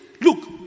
Look